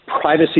privacy